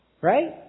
Right